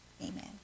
amen